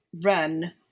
run